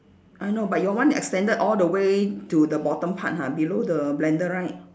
I know but your one extended all the way to the bottom part ha below the blender right